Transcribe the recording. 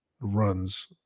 runs